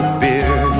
beer